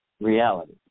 reality